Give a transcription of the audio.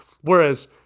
Whereas